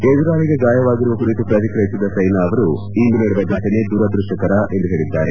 ಎದುರಾಳಿಗೆ ಗಾಯವಾಗಿರುವ ಕುರಿತು ಪ್ರತಿಕ್ರಿಯಿಸಿದ ಸ್ಸೆನಾ ಅವರು ಇಂದು ನಡೆದ ಫಟನೆ ದುರದೃಷ್ಷಕರ ಎಂದು ಹೇಳಿದ್ದಾರೆ